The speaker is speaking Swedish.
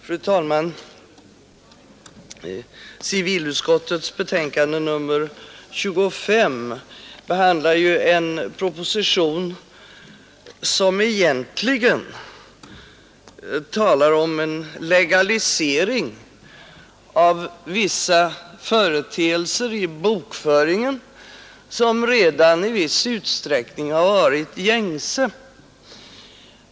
Fru talman! I civilutskottets betänkande nr 26 behandlas en proposition som egentligen talar om en legalisering av vissa företeelser i bokföringen som redan i viss utsträckning är gängse förekommande.